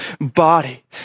body